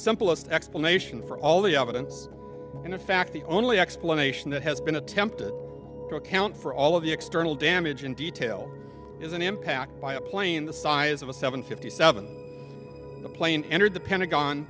simplest explanation for all the evidence and in fact the only explanation that has been attempted to account for all of the external damage in detail is an impact by a plane the size of a seven fifty seven the plane entered the pentagon